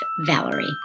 Valerie